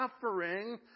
suffering